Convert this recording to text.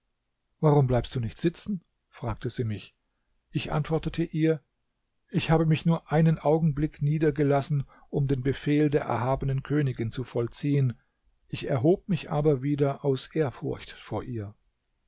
warum bleibst du nicht sitzen fragte sie mich ich antwortete ihr ich habe mich nur einen augenblick niedergelassen um den befehl der erhabenen königin zu vollziehen ich erhob mich aber wieder aus ehrfurcht vor ihr